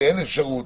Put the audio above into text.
שאין אפשרות,